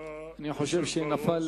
אני חושב שהתמזל